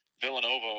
Villanova